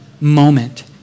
moment